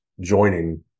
joining